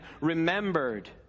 remembered